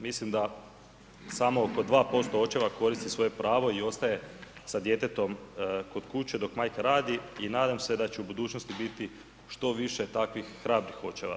Mislim da samo oko 2% očeva koristi svoje pravo i ostaje s djetetom kod kuće dok majka radi i nadam se da će u budućnosti biti što više takvih hrabrih očeva.